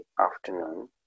afternoon